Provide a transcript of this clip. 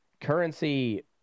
currency